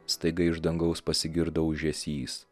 staiga iš dangaus pasigirdo ūžesys